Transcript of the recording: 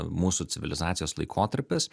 mūsų civilizacijos laikotarpis